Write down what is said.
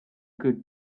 could